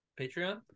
Patreon